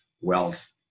wealth